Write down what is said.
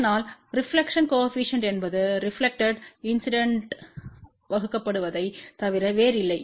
அதனால் reflected coefficient என்பது reflected இன்சிடென்ட்த்தால் வகுக்கப்படுவதைத் தவிர வேறில்லை